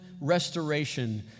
restoration